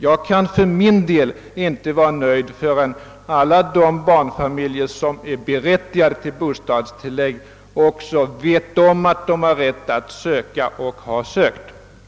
Jag kan för min del inte vara nöjd förrän alla de barnfamiljer som är berättigade till bostadstillägg också vet om, att de har rätt att söka sådana, och att de — om de vill ha dem — också har sökt dem.